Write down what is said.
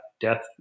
death